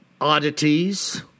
oddities